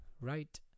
right